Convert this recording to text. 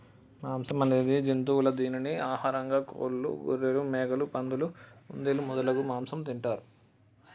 మాంసం అనేది జంతువుల దీనిని ఆహారంగా కోళ్లు, గొఱ్ఱెలు, మేకలు, పందులు, కుందేళ్లు మొదలగు మాంసం తింటారు